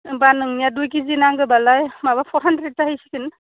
होम्बा नोंनिया दुइ किजि नांगौबालाय माबा फर हानद्रेद जाहैसिगोन